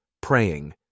praying